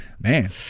Man